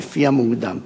לפי המוקדם.